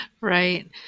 right